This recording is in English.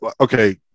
okay